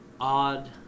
odd